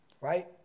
Right